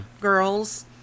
girls